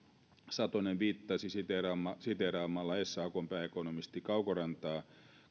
satonen viittasi siteeraamalla siteeraamalla sakn pääekonomisti kaukorantaa